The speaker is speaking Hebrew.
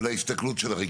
ולהסתכלות שלכם.